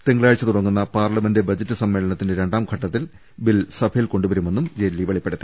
തിങ്കളാഴ്ച തുടങ്ങുന്ന parliament budget സമ്മേളന ത്തിന്റെ രണ്ടാംഘട്ടത്തിൽ ബിൽ സഭയിൽ കൊണ്ടുവരുമെന്നും ജെയ്റ്റ്ലി വെളിപ്പെടുത്തി